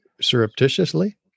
surreptitiously